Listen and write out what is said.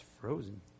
frozen